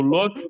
Lord